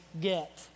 get